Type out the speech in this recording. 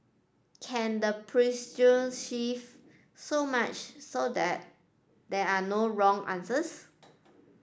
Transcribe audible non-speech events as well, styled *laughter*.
can the *unintelligible* shift so much so that they are no wrong answers